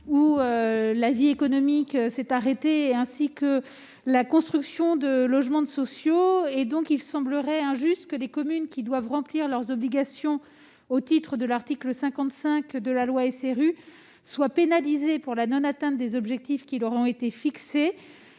la vie économique s'est arrêtée, tout comme la construction de logements sociaux. En conséquence, il semble injuste que les communes qui doivent remplir leurs obligations au titre de l'article 55 de la loi SRU soient pénalisées par la non-atteinte des objectifs qui leur ont été fixés.